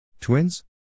Twins